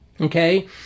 Okay